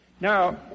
Now